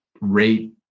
rate